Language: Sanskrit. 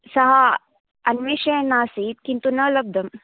सः अन्विश्यन् आसीत् किन्तु न लब्धम्